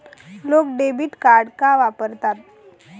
लोक debit card का वापरतात?